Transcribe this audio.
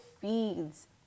feeds